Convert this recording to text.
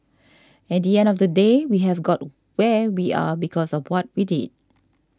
at the end of the day we have got where we are because of what we did